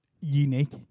unique